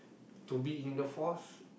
to be in the force